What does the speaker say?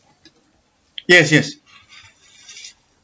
yes yes